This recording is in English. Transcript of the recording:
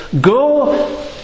go